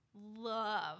love